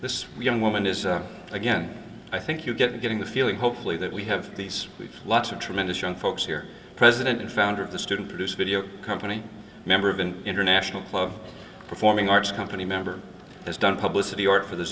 this young woman is again i think you get getting the feeling hopefully that we have these we've lots of tremendous young folks here president and founder of the student produced video company member of an international club performing arts company member has done publish the art for the